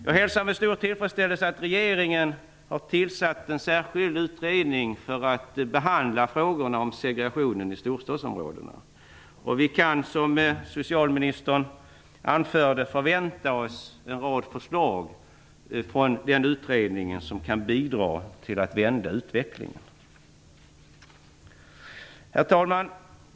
Jag hälsar med stor tillfredsställelse att regeringen har tillsatt en särskild utredning för att behandla frågorna om segregationen i storstadsområdena. Vi kan, som socialministern anförde, förvänta oss en rad förslag från den utredningen som kan bidra till att vända utvecklingen. Herr talman!